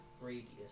radius